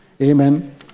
Amen